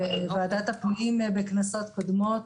ועדת הפנים בכנסות קודמות,